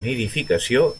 nidificació